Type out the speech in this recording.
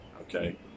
okay